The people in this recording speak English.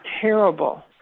terrible